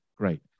Great